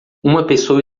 pessoa